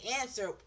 answer